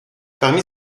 parmi